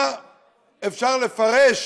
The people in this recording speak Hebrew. מה אפשר לפרש